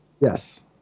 Yes